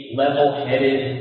level-headed